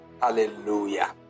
Hallelujah